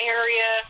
area